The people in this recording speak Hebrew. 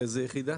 איזו יחידה?